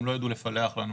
תקופת ההגבלה,